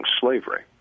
slavery